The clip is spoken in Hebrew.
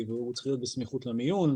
אני חושבת שבאמת כולנו כאן למען אותה מטרה.